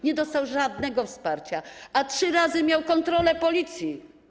Nie dostał żadnego wsparcia, a trzy razy miał kontrolę policji.